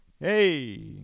Hey